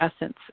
essence